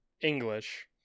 English